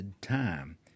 time